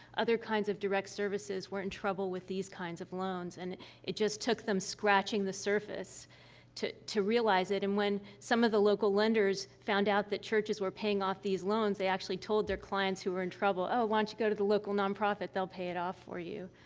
other kinds of direct services, were in trouble with these kinds of loans, and it just took them scratching the surface to to realize it. and when some of the local lenders found out that churches were paying off these loans, they actually told their clients who were in trouble, oh, why don't go to the local nonprofit they'll pay it off for you.